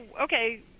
okay